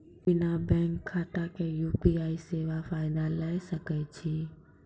बिना बैंक खाताक यु.पी.आई सेवाक फायदा ले सकै छी?